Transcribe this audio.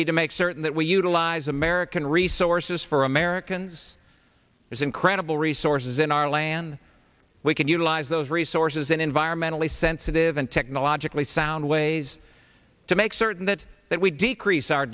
need to make certain that we utilize american resources for americans is incredible resources in our land we can utilize those resources in environmentally sensitive and technologically sound ways to make certain that that we decrease our